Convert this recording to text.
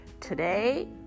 today